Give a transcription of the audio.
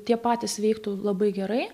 tie patys veiktų labai gerai